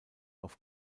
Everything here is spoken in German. auf